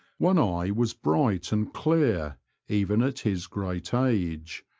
one eye was bright and clear even at his great age,